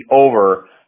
over